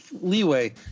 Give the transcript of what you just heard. leeway